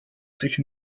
sich